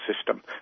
system